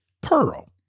pearl